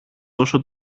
δώσω